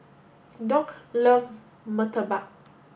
Doug loves Murtabak